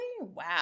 Wow